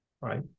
right